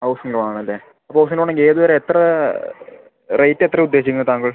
housing loan ആണല്ലേ അപ്പോൾ housing loan ഏത് വരെ എത്ര റേയ്റ്റ് എത്ര ഉദ്ദേശിക്കുന്നത് താങ്കൾ